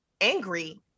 angry